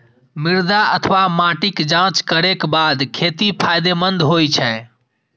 मृदा अथवा माटिक जांच करैक बाद खेती फायदेमंद होइ छै